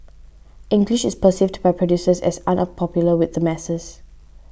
English is perceived by producers as unpopular with the masses